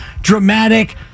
dramatic